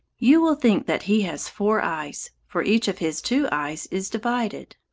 you will think that he has four eyes, for each of his two eyes is divided.